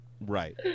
Right